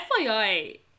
fyi